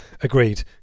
Agreed